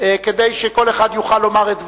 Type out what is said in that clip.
כדי שכל אחד יוכל לומר את דברו,